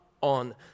on